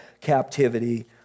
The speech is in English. captivity